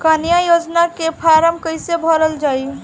कन्या योजना के फारम् कैसे भरल जाई?